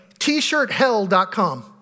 tshirthell.com